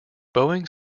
boeing